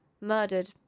murdered